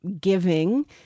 giving